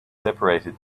separated